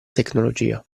tecnologia